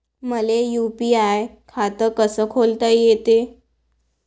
मले यू.पी.आय खातं कस खोलता येते?